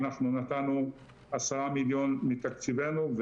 אנחנו נתנו 10 מיליון מתקציבנו,